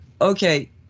Okay